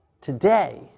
today